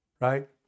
Right